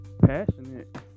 passionate